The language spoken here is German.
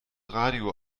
radio